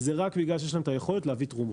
וזה רק בגלל שיש להם היכולת להביא תרומות.